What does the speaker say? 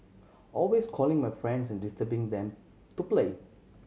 always calling my friends and disturbing them to play